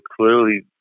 clearly